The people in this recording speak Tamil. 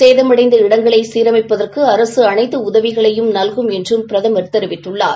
சேதமடைந்த இடங்களை சீரமைப்பதற்கு அரசு அனைத்து உதவிகளையும் நல்கும் என்று பிரதமர் தெரிவித்தார்